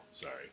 sorry